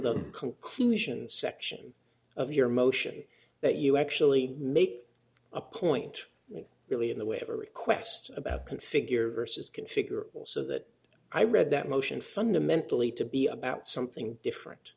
the conclusion section of your motion that you actually make a point really in the way of a request about can figure is can figure also that i read that motion fundamentally to be about something different